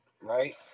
right